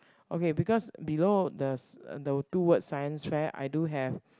okay because below the s~ uh the two words science fair I do have